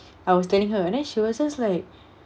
I was telling her and then she was just like